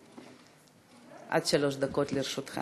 עד שלוש דקות לרשותך.